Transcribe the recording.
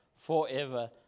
forever